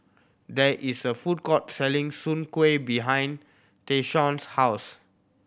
there is a food court selling soon kway behind Tayshaun's house